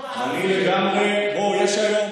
תיאטרון ערבי, ספריות ערביות.